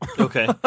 Okay